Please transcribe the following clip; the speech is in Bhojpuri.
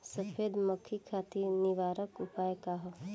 सफेद मक्खी खातिर निवारक उपाय का ह?